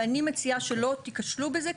ואני מציעה שלא תיכשלו בזה,